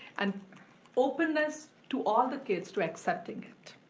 and openness to all the kids to accepting it.